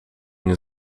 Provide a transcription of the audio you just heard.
nie